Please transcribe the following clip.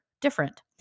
different